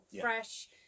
fresh